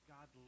God